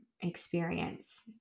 experience